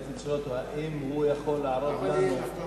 רציתי לשאול אותו אם הוא יכול לערוב לנו